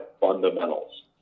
fundamentals